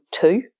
two